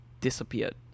Disappeared